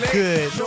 good